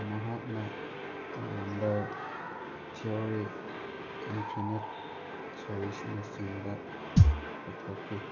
ꯃꯍꯥꯛꯅ number theory infinite ꯁꯦꯔꯤꯖꯅꯆꯤꯡꯕ ꯄꯨꯊꯣꯛꯈꯤ